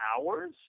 hours